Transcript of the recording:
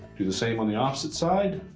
do the same on the opposite side